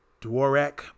Dwarak